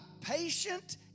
patient